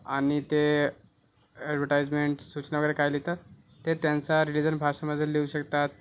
आणि ते ॲडवटायजमेन्ट सूचना वगैरे काय लिहतात ते त्यांचा रिलिजन भाषेमध्ये लिहू शकतात